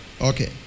Okay